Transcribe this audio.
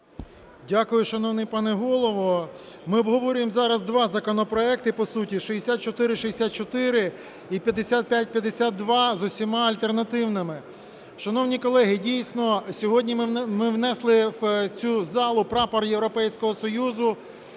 Дякую, шановний пане Голово. Ми обговорюємо зараз два законопроекти по суті: 6464 і 5552 з усіма альтернативними. Шановні колеги, дійсно, сьогодні ми внесли в цю залу прапор Європейського Союзу,